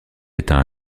éteint